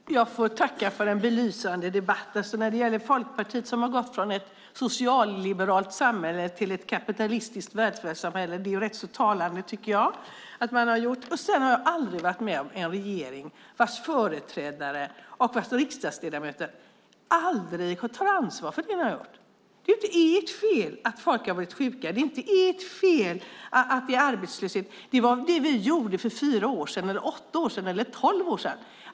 Fru talman! Jag får tacka för en belysande debatt när det gäller Folkpartiet, som har gått från ett socialliberalt samhälle till ett kapitalistiskt välfärdssamhälle. Det är rätt talande. Jag har aldrig varit med om en regering vars företrädare och riksdagsledamöter aldrig tar ansvar för det de har gjort. Ni menar att det inte är ert fel att folk har varit sjuka, att det inte är ert fel att det är arbetslöshet, utan det beror på det vi gjorde för fyra, åtta eller tolv år sedan.